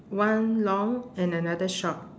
one long and another short